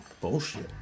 Bullshit